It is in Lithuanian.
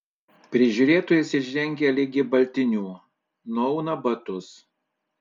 prižiūrėtojas išrengia ligi baltinių nuauna batus